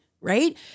right